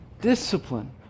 Discipline